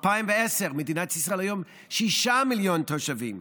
2010, מדינת ישראל עם שבעה מיליון תושבים.